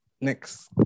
next